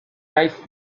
naiz